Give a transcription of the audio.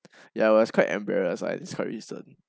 ya I was quite embarrassed and it's quite recent